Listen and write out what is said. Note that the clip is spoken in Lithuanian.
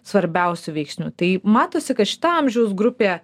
svarbiausių veiksnių tai matosi kad šita amžiaus grupė